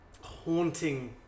haunting